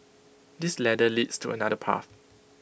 this ladder leads to another path